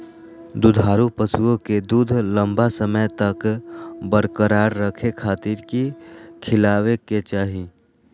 दुधारू पशुओं के दूध लंबा समय तक बरकरार रखे खातिर की खिलावे के चाही?